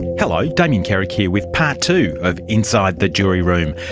hello, damien carrick here with part two of inside the jury room,